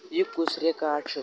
یہِ کُس رِکاڈ چھُ